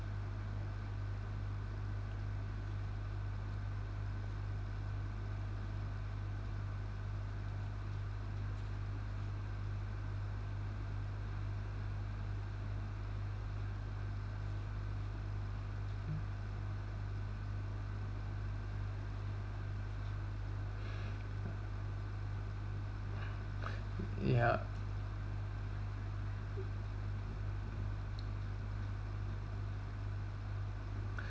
mm ya